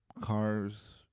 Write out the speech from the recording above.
cars